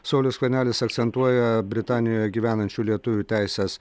saulius skvernelis akcentuoja britanijoje gyvenančių lietuvių teises